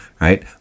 right